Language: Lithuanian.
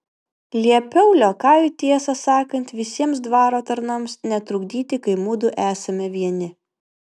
liepiau liokajui tiesą sakant visiems dvaro tarnams netrukdyti kai mudu esame vieni